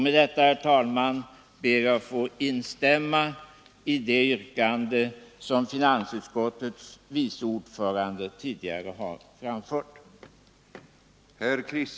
Med detta, herr talman, ber jag att få instämma i det yrkande som finansutskottets vice ordförande tidigare framställt.